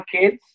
kids